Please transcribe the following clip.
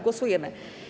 Głosujemy.